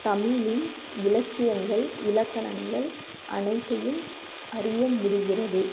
தமிழின் இலக்கியங்கள் இலக்கணங்கள் அனைத்தையும் அறியமுடிகிறது